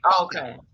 okay